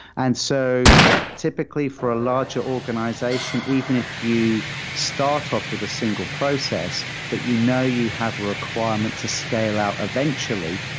and so typically, for a larger organization, even if you start off with a single process but you know you have a requirement to scale out eventually,